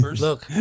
Look